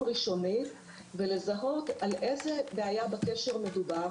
ראשוני ולזהות על איזו בעיה בקשר מדובר,